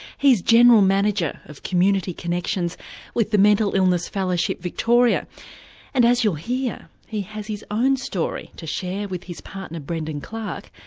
he's general manager of community connections with the mental illness fellowship victoria and as you'll hear he has his own story to share with his partner brendon clarke,